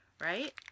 right